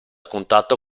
contatto